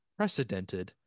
precedented